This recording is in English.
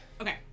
Okay